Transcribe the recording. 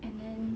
and then